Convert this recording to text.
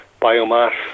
biomass